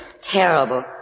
terrible